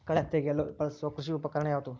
ಕಳೆ ತೆಗೆಯಲು ಬಳಸುವ ಕೃಷಿ ಉಪಕರಣ ಯಾವುದು?